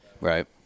Right